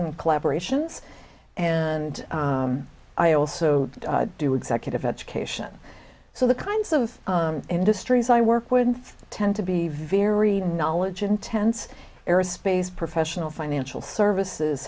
and collaboration's and i also do executive education so the kinds of industries i work would tend to be very knowledge intense aerospace professional financial services